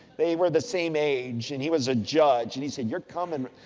they were the same age and he was a judge. and, he said you're coming.